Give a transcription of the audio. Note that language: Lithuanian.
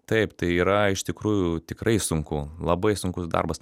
taip tai yra iš tikrųjų tikrai sunku labai sunkus darbas